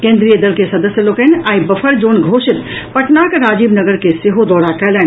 केंद्रीय दल के सदस्य लोकनि आइ बफर जोन घोषित पटनाक राजीवनगर के सेहो दौरा कयलनि